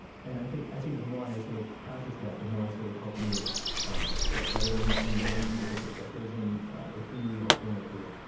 and i think i think the more i sort of practice that, the more i sort of help me get better and and learn from different perspectives, and it's been really helpful in my career.